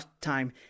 time